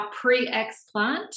pre-explant